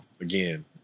Again